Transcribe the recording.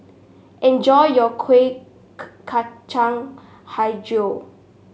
enjoy your Kuih Kacang hijau